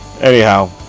Anyhow